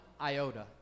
iota